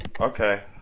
Okay